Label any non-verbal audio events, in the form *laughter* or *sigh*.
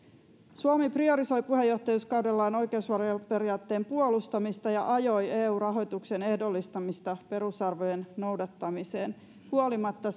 suomi priorisoi puheenjohtajuuskaudellaan oikeusvaltioperiaatteen puolustamista ja ajoi eu rahoituksen ehdollistamista perusarvojen noudattamiseen huolimatta *unintelligible*